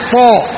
Four